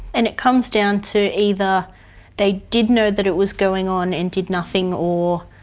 and it comes down to either they did know that it was going on and did nothing or,